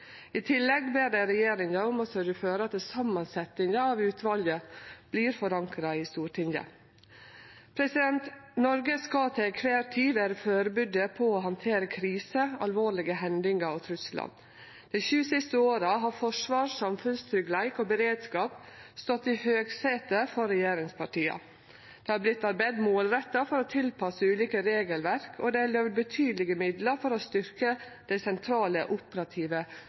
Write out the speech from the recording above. I tillegg ber dei regjeringa om å sørgje for at samansetjinga av utvalet vert forankra i Stortinget. Noreg skal til kvar tid vere førebudd på å handtere kriser, alvorlege hendingar og truslar. Dei sju siste åra har forsvar, samfunnstryggleik og beredskap stått i høgsetet for regjeringspartia. Det har vorte arbeidd målretta for å tilpasse ulike regelverk, og det er løyvd betydelege midlar for å styrkje dei sentrale operative